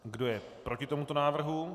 Kdo je proti tomuto návrhu?